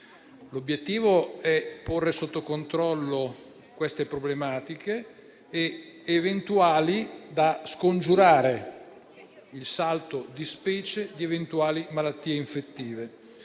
L'obiettivo è porre sotto controllo queste problematiche e scongiurare il salto di specie di eventuali malattie infettive.